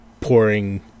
pouring